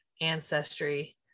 ancestry